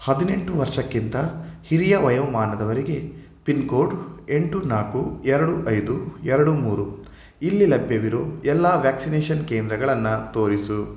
ಹದಿನೆಂಟು ವರ್ಷಕ್ಕಿಂತ ಹಿರಿಯ ವಯೋಮಾನದವರಿಗೆ ಪಿನ್ಕೋಡ್ ಎಂಟು ನಾಲ್ಕು ಎರಡು ಐದು ಎರಡು ಮೂರು ಇಲ್ಲಿ ಲಭ್ಯವಿರೋ ಎಲ್ಲ ವ್ಯಾಕ್ಸಿನೇಷನ್ ಕೇಂದ್ರಗಳನ್ನು ತೋರಿಸು